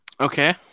Okay